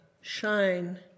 shine